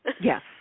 Yes